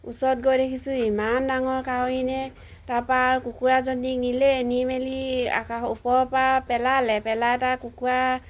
ওচৰত গৈ দেখিছোঁ ইমান ডাঙৰ কাউৰী নে তাৰপা আৰু কুকুৰাজনী নিলে নি মেলি আকা ওপৰৰ পৰা পেলালে পেলাই তাৰ কুকুৰা